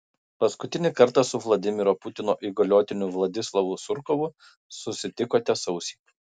paskutinį kartą su vladimiro putino įgaliotiniu vladislavu surkovu susitikote sausį